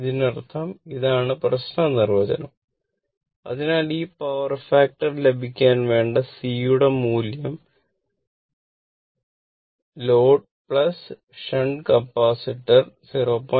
ഇതിനർത്ഥം ഇതാണ് പ്രശ്ന നിർവചനം അതിനാൽ ഈ പവർ ഫാക്ടർ ലഭിക്കാൻ വേണ്ട C യുടെ മൂല്യം ലോഡ് ഷണ്ട് കപ്പാസിറ്റർ 0